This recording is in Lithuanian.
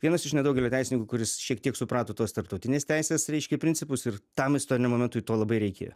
vienas iš nedaugelio teisininkų kuris šiek tiek suprato tuos tarptautinės teisės reiškia principus ir tam istoriniam momentui to labai reikėjo